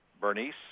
Bernice